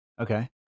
Okay